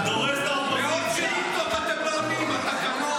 מרוב שאילתות אתם לא עומדים בתקנון.